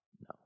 no